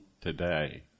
today